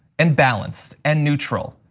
and balanced, and neutral.